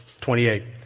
28